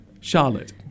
Charlotte